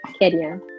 Kenya